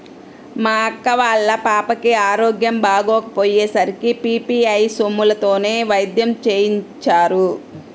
మా అక్క వాళ్ళ పాపకి ఆరోగ్యం బాగోకపొయ్యే సరికి పీ.పీ.ఐ సొమ్ములతోనే వైద్యం చేయించారు